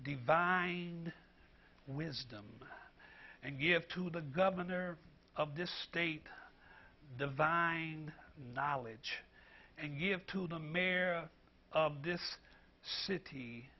divine wisdom and give to the governor of this state divine knowledge and give to the mayor of this city